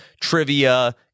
trivia